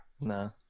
No